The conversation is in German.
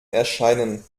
erscheinen